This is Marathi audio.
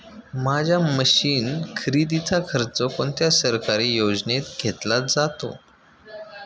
माझ्या मशीन खरेदीचा खर्च कोणत्या सरकारी योजनेत घेतला जातो?